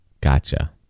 Gotcha